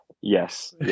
yes